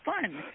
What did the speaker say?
fun